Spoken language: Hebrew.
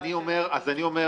אני זוכר